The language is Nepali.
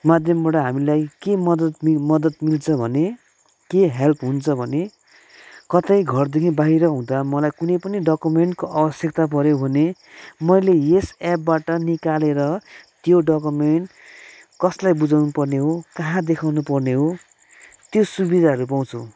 माध्यमबाट हामीलाई के मदद मदद मिल्छ भने के हेल्प हुन्छ भने कतै घरदेखि बाहिर हुँदा मलाई कुनै पनि डकुमेन्टको आवश्यकता पऱ्यो भने मैले यस एपबाट निकालेर त्यो डकुमेन्ट कसलाई बुझाउनु पर्ने हो कहाँ देखाउनु पर्ने हो त्यो सुविधाहरू पाउँछु